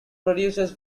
produces